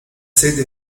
sede